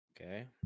okay